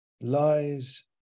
lies